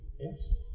Yes